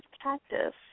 Cactus